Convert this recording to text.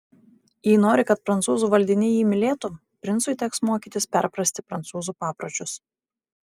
jei nori kad prancūzų valdiniai jį mylėtų princui teks mokytis perprasti prancūzų papročius